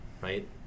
Right